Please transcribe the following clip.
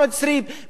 בבחירות,